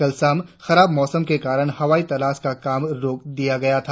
कल शाम खराब मौसम के कारण हवाई तलाश का काम रोक दिया गया था